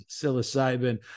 psilocybin